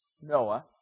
Noah